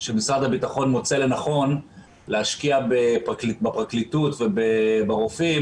שמשרד הביטחון מוצא לנכון להשקיע בפרקליטות וברופאים